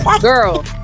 girl